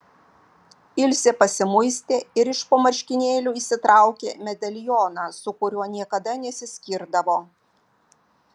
ilzė pasimuistė ir iš po marškinėlių išsitraukė medalioną su kuriuo niekada nesiskirdavo